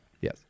Yes